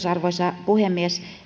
arvoisa puhemies